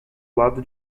lado